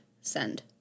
Send